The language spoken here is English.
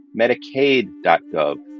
medicaid.gov